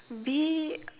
be